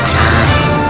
time